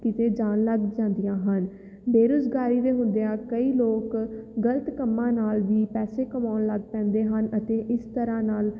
ਕਿਤੇ ਜਾਣ ਲੱਗ ਜਾਂਦੀਆਂ ਹਨ ਬੇਰੁਜ਼ਗਾਰੀ ਦੇ ਹੁੰਦਿਆਂ ਕਈ ਲੋਕ ਗਲਤ ਕੰਮਾਂ ਨਾਲ ਵੀ ਪੈਸੇ ਕਮਾਉਣ ਲੱਗ ਪੈਂਦੇ ਹਨ ਅਤੇ ਇਸ ਤਰ੍ਹਾਂ ਨਾਲ